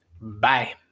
Bye